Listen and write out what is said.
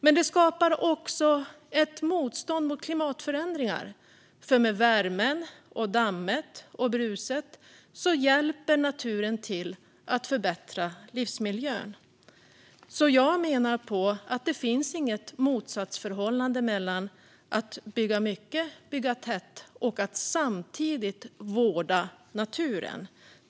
Men det skapar också ett motstånd mot klimatförändringar, för med värmen, dammet och bruset hjälper naturen till att förbättra livsmiljön. Jag menar på att det inte finns något motsatsförhållande mellan att bygga mycket och tätt och att samtidigt vårda naturen.